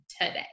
today